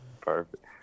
perfect